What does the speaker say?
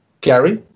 Gary